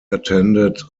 attended